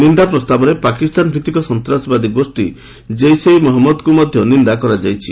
ନିନ୍ଦା ପ୍ରସ୍ତାବରେ ପାକିସ୍ତାନ ଭିତ୍ତିକ ସନ୍ତ୍ରାସବାଦୀ ଗୋଷ୍ଠୀ ଜୈସ ଇ ମହମ୍ମଦଙ୍କୁ ମଧ୍ୟ ନିନ୍ଦା କରାଯାଇଛି